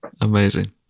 Amazing